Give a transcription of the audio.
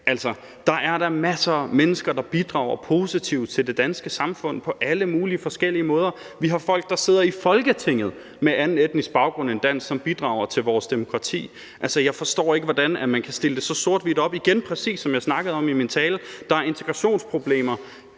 Der er da masser af mennesker, der bidrager positivt til det danske samfund på alle mulige forskellige måder. Vi har folk med anden etnisk baggrund end dansk, der sidder i Folketinget, og som bidrager til vores demokrati. Jeg forstår ikke, hvordan man kan stille det så sort-hvidt op. Igen, præcis som jeg snakkede om i min tale, er der integrationsproblemer,